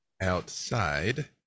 outside